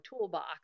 toolbox